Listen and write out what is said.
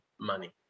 money